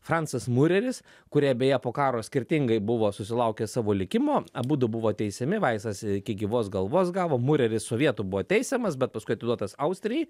francas mureris kurie beje po karo skirtingai buvo susilaukę savo likimo abudu buvo teisiami vaisas iki gyvos galvos gavo mureris sovietų buvo teisiamas bet paskui atiduotas austrijai